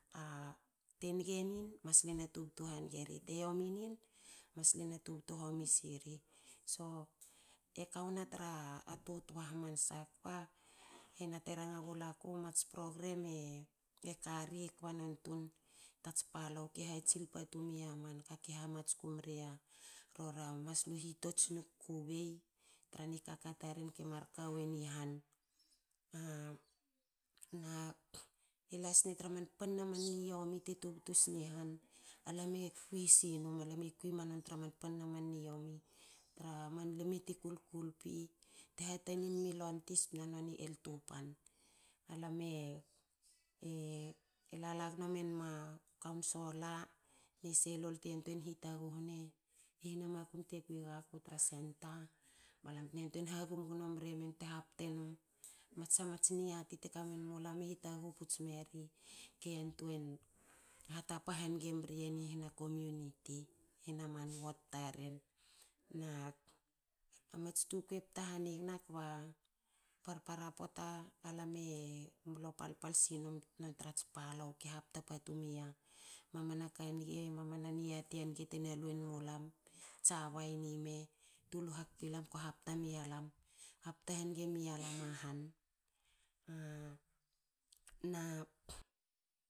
A te nge nin masle na tubtu hange ri. te yomi nin masle na tubtu homi siri. So e kau na tra toa- toa hamansa kba hena te ranga gula ku mats program e e kari kba nontun tats palou keha tsil patu miya manka ki hamatsku miya rora maslu hitots. nu kubei tra nikaka taren kimar kawen ihan. A. E las ne tra man pan na man niomi te tubtu sni han. Alam e kui sinum. Alam e kui ma nontra man panna man niomi te tubtu sni han. Alam e kui sinum. Alam e kui ma non tra man pan na niommi tra man lme ti kulkulpi te hatani wi lontis btna nua ni eltupan. Alam e e lala gno men ma kaunsola nese lolte yantuei hi taghu ne i nha makum te kwi gaku tra centre balam te na yantuei hagum gno mremen bte hapte num mats shamats niata te kamen mulam te hitaghu puts meri ke yantuei hatapa hange mriyen i hna komunit hana man ward tarenna a mats tukui e pta ha nigna kba parpara pota alam e mlo palpal sinum non trats palou ke hapta patu mi ya mamana ka nge mamana niati a nga tena lue nmu lam chabai nime tu lu hakpa lam ko hapta mi lam kp hapta hange mi ya lam a han, a na